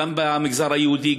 גם במגזר היהודי,